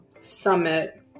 summit